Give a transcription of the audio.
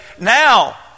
now